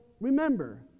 remember